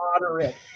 moderate